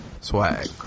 Swag